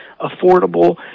affordable